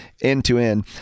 end-to-end